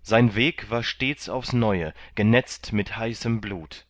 sein weg war stets aufs neue genetzt mit heißem blut